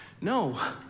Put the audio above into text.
No